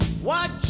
Watch